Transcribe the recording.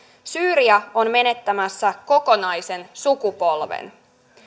syyria on menettämässä kokonaisen sukupolven